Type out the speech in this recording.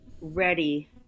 ready